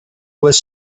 was